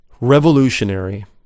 revolutionary